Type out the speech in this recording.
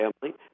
family